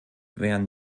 wären